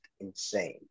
insane